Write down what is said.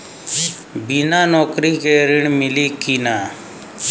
बिना नौकरी के ऋण मिली कि ना?